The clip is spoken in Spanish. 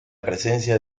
presencia